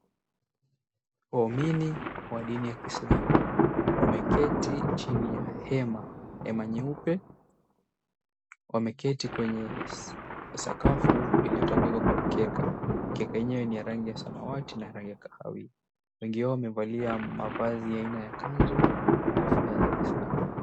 Waumini wa dini ya kiisilamu wameketi chini ya hema, hema nyeupe. Wameketi kwenye sakafu iliyotandikwa kwa mkeka, mkeka yenyewe ni ya rangi ya samawati na rangi ya kahawia. Wengi wao wamevalia mavazi ya aina ya kanzu na kofia za kiisilamu.